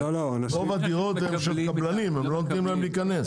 רוב הדירות הן של קבלנים, והם לא נותנים להיכנס.